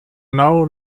now